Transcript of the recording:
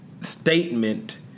statement